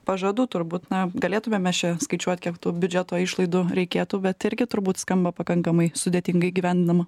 pažadų turbūt na galėtumėm mes čia skaičiuot kiek tų biudžeto išlaidų reikėtų bet irgi turbūt skamba pakankamai sudėtingai įgyvendinama